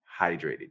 hydrated